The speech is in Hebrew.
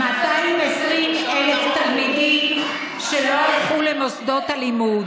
220,000 תלמידים שלא הלכו למוסדות הלימוד,